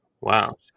wow